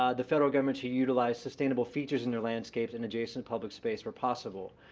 ah the federal government should utilize sustainable features in their landscapes in adjacent public space where possible.